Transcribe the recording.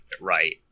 right